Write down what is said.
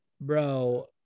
bro